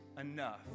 enough